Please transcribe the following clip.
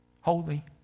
holy